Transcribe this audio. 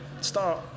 start